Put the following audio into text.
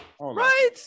Right